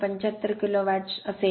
75 kilowatts उजवीकडे असेल